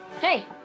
hey